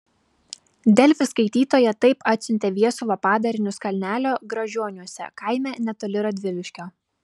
delfi skaitytoja taip atsiuntė viesulo padarinius kalnelio gražioniuose kaime netoli radviliškio